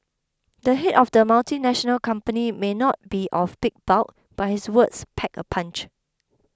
the head of the multinational company may not be of big bulk but his words pack a punch